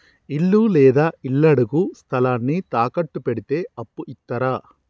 ఇల్లు లేదా ఇళ్లడుగు స్థలాన్ని తాకట్టు పెడితే అప్పు ఇత్తరా?